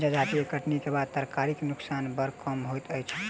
जजाति कटनीक बाद तरकारीक नोकसान बड़ कम होइत अछि